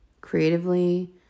creatively